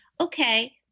Okay